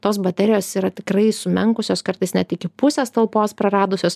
tos baterijos yra tikrai sumenkusios kartais net iki pusės talpos praradusios